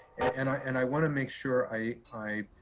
and i and i wanna make sure i i